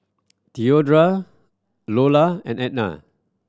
theodora Iola and Ednah